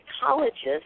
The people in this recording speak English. psychologist